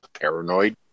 paranoid